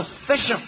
sufficient